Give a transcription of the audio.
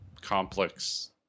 complex